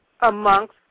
amongst